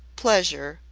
pleasure,